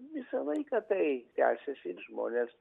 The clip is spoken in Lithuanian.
visą laiką tai tęsiasi ir žmonės